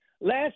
Last